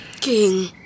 King